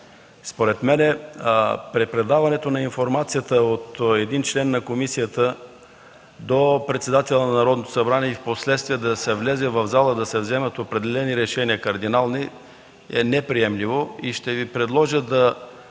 Според мен препредаването на информацията от един член на комисията до председателя на Народното събрание, впоследствие да се влезе в залата, да се вземат определени кардинални решения, е неприемливо. Предлагам да